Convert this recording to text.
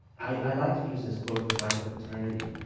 i like to use this quote from michael paterniti,